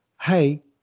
hey